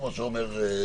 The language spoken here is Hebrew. כמו שאומר מהיציע,